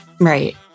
Right